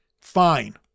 Fine